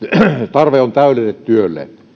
tarve on täydelle työlle